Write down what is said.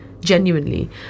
genuinely